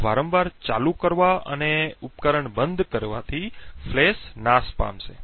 આ વારંવાર ચાલુ કરવા અને ઉપકરણ બંધ કરીને ફ્લેશ નાશ પામશે